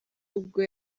ubwo